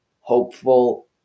hopeful